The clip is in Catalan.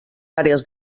àrees